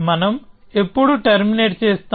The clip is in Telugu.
మనం ఎప్పుడు టెర్మినేట్ చేస్తాం